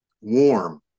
warm